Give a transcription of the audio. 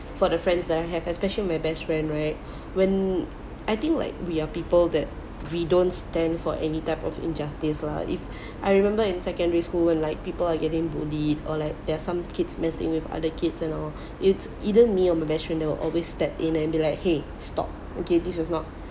for the friends that I have especially my best friend right when I think like we are people that we don't stand for any type of injustice lah if I remember in secondary school and like people are getting bullied or like there are some kids messing with other kids and all it's either me or my best friend that will always step in and be like !hey! stop okay this is not